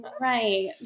Right